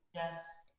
yes.